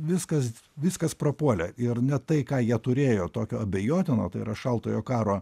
viskas viskas prapuolė ir net tai ką jie turėjo tokio abejotino tai yra šaltojo karo